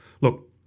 look